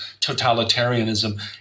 totalitarianism